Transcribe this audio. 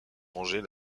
venger